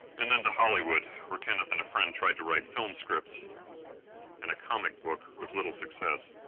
and then to hollywood where kenneth and a friend tried to write film scripts and a comic book, with little success.